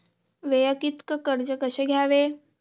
वैयक्तिक कर्ज कसे घ्यावे?